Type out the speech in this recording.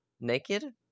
naked